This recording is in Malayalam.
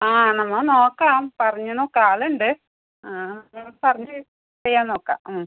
ആ നമ്മൾക്ക് നോക്കാം പറഞ്ഞ് നോക്കാം ആളുണ്ട് അപ്പം പറഞ്ഞ് ചെയ്യാൻ നോക്കാം ഉം